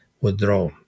withdraw